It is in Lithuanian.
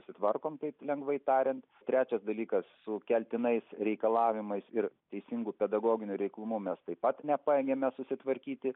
susitvarkom taip lengvai tariant trečias dalykas su keltinais reikalavimais ir teisingu pedagoginiu reiklumu mes taip pat nepajėgiame susitvarkyti